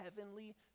heavenly